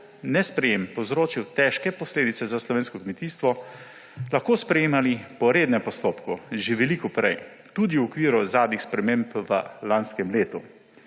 nesprejem povzročil težke posledice za slovensko kmetijstvo, lahko sprejemali po rednem postopku, že veliko prej, tudi v okviru zadnjih sprememb v lanskem letu,